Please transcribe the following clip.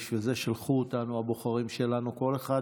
בשביל זה שלחו אותנו הבוחרים שלנו, כל אחד